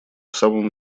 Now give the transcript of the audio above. самом